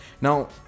now